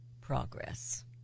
progress